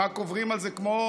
רק עוברים על זה כמו